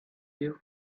you